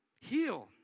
Heal